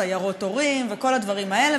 סיירות הורים וכל הדברים האלה,